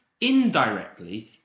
indirectly